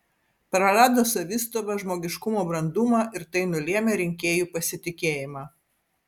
prarado savistovą žmogiškumo brandumą ir tai nulėmė rinkėjų pasitikėjimą